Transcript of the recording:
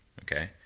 okay